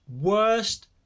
worst